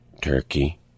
Turkey